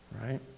right